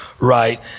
right